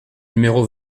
numéro